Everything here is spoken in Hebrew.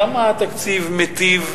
כמה התקציב מיטיב,